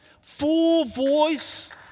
full-voice